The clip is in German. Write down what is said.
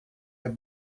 der